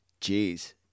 Jeez